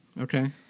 Okay